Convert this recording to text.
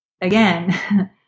again